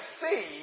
see